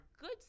good